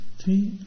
three